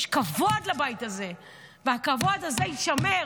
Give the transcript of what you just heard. יש כבוד לבית הזה, והכבוד הזה יישמר,